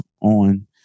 on